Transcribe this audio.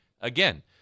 again